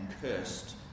cursed